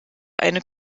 eine